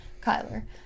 Kyler